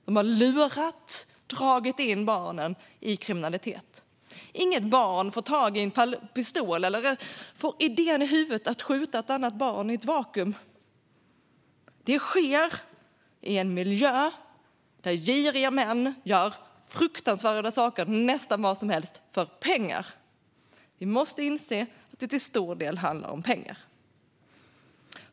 De har lurat barnen och dragit in dem i kriminalitet. Inget barn får tag i en pistol eller får idén i huvudet att skjuta ett annat barn i ett vakuum. Det sker i en miljö där giriga män gör fruktansvärda saker, nästan vad som helst, för pengar. Vi måste inse att det till stor del handlar om pengar.